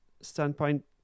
standpoint